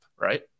right